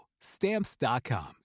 Stamps.com